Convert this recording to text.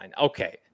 Okay